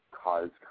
cause